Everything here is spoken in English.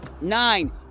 nine